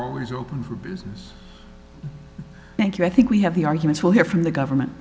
always open for business thank you i think we have the arguments we'll hear from the government